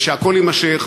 והכול יימשך,